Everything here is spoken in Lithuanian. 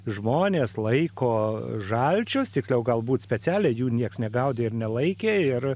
žmonės laiko žalčius tiksliau galbūt specialiai jų niekas negaudė ir nelaikė ir